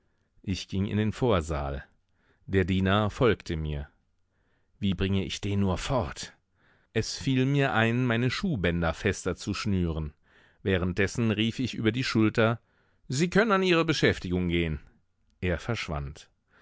ich ging in den vorsaal der diener folgte mir wie bringe ich den nur fort es fiel mir ein meine schuhbänder fester zu schnüren während dessen rief ich über die schulter sie können an ihre beschäftigung gehen er verschwand